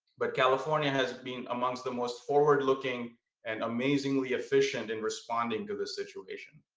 but california has been amongst the most forward looking and amazingly efficient in responding to the situation.